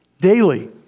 Daily